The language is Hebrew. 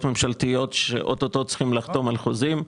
ממשלתיות שאוטוטו צריכים לחתום על חוזים.